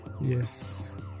Yes